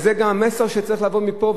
וזה גם המסר שצריך לבוא מפה,